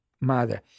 mother